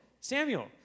Samuel